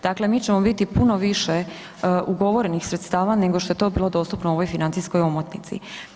Dakle, mi ćemo imati puno više ugovorenih sredstava nego što je to bilo dostupno u ovoj financijskoj omotnici.